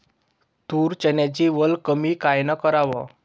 तूर, चन्याची वल कमी कायनं कराव?